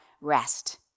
rest